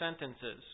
sentences